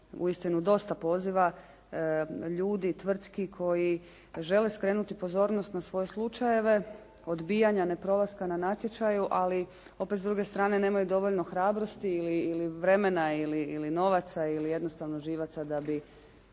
uistinu dosta poziva ljudi, tvrtki koje želi skrenuti pozornost na svoje slučajeve odbijanja neprolaska na natječaju ali opet s druge strane nemaju dovoljno hrabrosti ili vremena ili novaca ili jednostavno živaca da bi